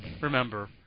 remember